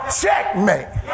checkmate